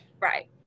Right